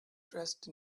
dressed